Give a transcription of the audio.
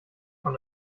von